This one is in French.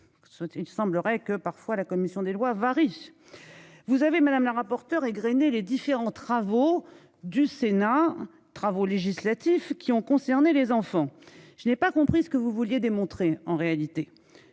il semblerait que parfois la commission des lois varices. Vous avez Madame la rapporteure égrainé les différents travaux du Sénat travaux législatifs qui ont concerné des enfants. Je n'ai pas compris ce que vous vouliez démontrer en réalité.